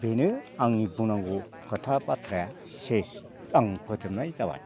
बेनो आंनि बुंनांगौ खोथा बाथ्राया सेस आं फोजोबनाय जाबाय